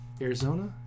Arizona